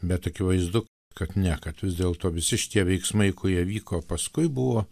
bet akivaizdu kad ne kad vis dėlto visi šitie veiksmai kurie vyko paskui buvo